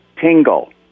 Tingle